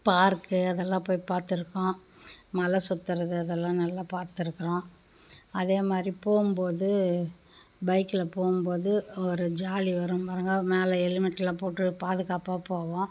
park அதெல்லாம் போய் பார்த்துருக்கோம் மலை சுற்றுறது அதெல்லாம் நல்லா பார்த்துருக்குறோம் அதே மாதிரி போகும்போது பைக்கில் போகும்போது ஒரு ஜாலி வரும் பாருங்க மேலே ஹெல்மெட்யெலாம் போட்டுவிட்டு பாதுகாப்பாக போவோம்